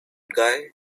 guy